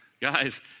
guys